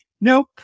Nope